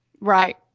Right